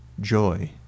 joy